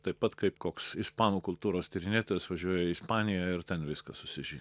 taip pat kaip koks ispanų kultūros tyrinėtojas važiuoja į ispanijoją ir ten viskas susižymi